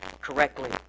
correctly